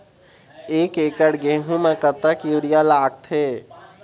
एक एकड़ गेहूं म कतक यूरिया लागथे?